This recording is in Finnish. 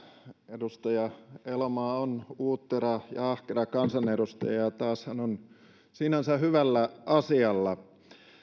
edustaja elomaa on uuttera ja ahkera kansanedustaja ja ja taas hän on sinänsä hyvällä asialla tässä aloitteessahan